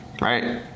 right